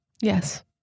Yes